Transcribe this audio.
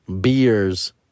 beers